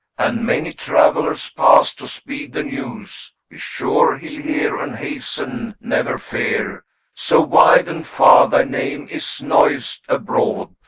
and many travelers pass to speed the news. be sure he'll hear and hasten, never fear so wide and far thy name is noised abroad,